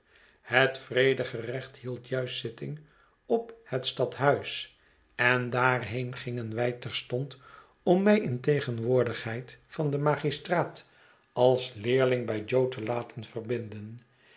bet vredegerecht hield jukst zitting op het stadhuis en daarheen gingen wij terstond om mij in tegenwoordigheid van den magistraat als leerling bij jo te laten verbinden